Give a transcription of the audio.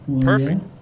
Perfect